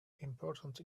important